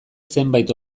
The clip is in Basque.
zenbait